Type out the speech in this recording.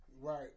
Right